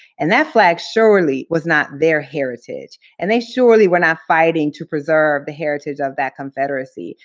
and that flag surely was not their heritage, and they surely were not fighting to preserve the heritage of that confederacy.